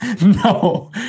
No